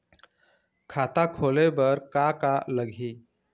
खाता खोले बर का का लगही?